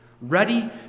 ready